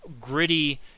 gritty